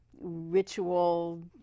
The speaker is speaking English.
ritual